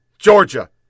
Georgia